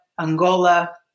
Angola